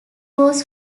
was